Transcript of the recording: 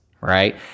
right